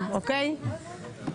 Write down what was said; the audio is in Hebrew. אופיר הוא ליגה אחרת.